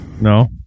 No